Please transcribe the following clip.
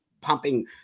pumping